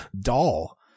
doll